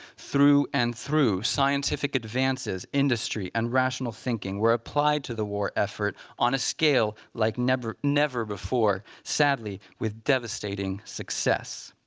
through and through scientific, advances, industry, and rational thinking were applied to the war effort on a scale like never, never before sadly, with devastating success.